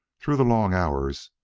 through the long hours,